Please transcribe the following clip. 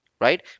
right